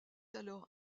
alors